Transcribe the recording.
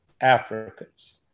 Africans